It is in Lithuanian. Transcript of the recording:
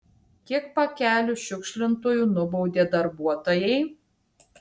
kiek pakelių šiukšlintojų nubaudė darbuotojai